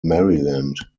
maryland